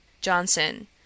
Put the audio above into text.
Johnson